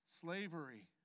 slavery